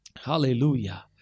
hallelujah